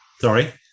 sorry